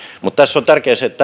mutta tässä on tärkeää se että